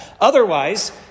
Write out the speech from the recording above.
Otherwise